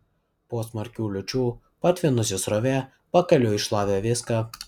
po smarkių liūčių patvinusi srovė pakeliui šlavė viską